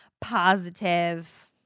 positive